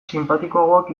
sinpatikoagoak